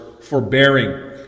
forbearing